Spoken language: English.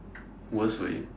worst way